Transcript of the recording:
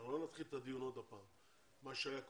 אנחנו לא נתחיל את הדיון עוד הפעם, מה שהיה קודם.